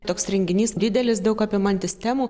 toks renginys didelis daug apimantis temų